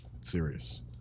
serious